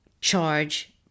charge